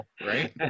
Right